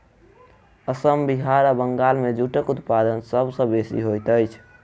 असम बिहार आ बंगाल मे जूटक उत्पादन सभ सॅ बेसी होइत अछि